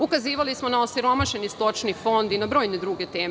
Ukazivali smo na osiromašeni stočni fond i na brojne druge teme.